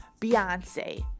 Beyonce